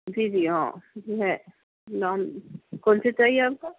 جی جی ہاں جی ہیں نام کون سی چاہیے آپ کو